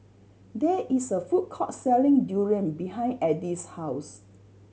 there is a food court selling durian behind Edie's house